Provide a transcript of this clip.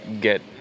get